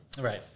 Right